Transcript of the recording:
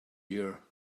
here